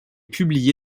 publié